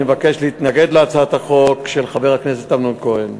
אני מבקש להתנגד להצעת החוק של חבר הכנסת אמנון כהן.